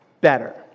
better